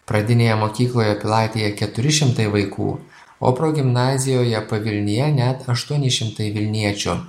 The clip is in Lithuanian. pradinėje mokykloje pilaitėje keturi šimtai vaikų o progimnazijoje pavilnyje net aštuoni šimtai vilniečių